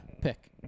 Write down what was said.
Pick